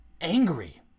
angry